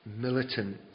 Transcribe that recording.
militant